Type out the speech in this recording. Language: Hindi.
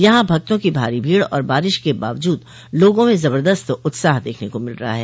यहाँ भक्तों की भारी भीड़ और बारिश के बावजूद लोगों में जबरदस्त उत्साह देखने को मिल रहा है